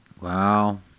Wow